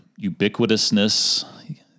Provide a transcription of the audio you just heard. ubiquitousness